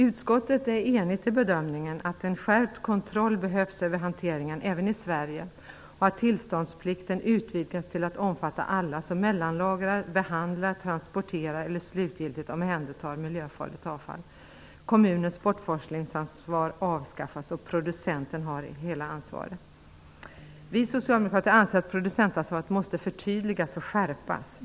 Utskottet är enigt i bedömningen att en skärpt kontroll av hanteringen behövs även i Sverige och att tillståndsplikten skall utvidgas till att omfatta alla som mellanlagrar, behandlar, transporterar eller slutgiltigt omhändertar miljöfarligt avfall. Kommunens bortforslingsansvar skall avskaffas och producenten skall ha hela ansvaret. Vi socialdemokrater anser att producentansvaret måste förtydligas och skärpas.